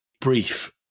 brief